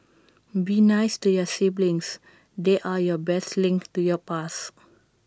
be nice to your siblings they're your best link to your past